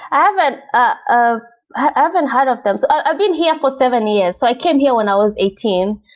i haven't ah i ah haven't heard of them. so ah i've been here for seven years. so i came here when i was eighteen.